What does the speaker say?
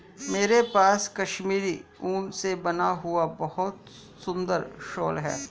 मेरे पास कश्मीरी ऊन से बना हुआ बहुत सुंदर शॉल है